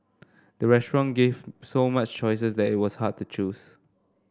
the restaurant gave so much choices that it was hard to choose